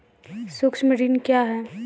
सुक्ष्म ऋण क्या हैं?